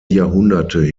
jahrhunderte